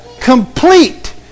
complete